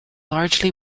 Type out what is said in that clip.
largely